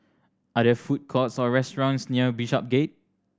are there food courts or restaurants near Bishopsgate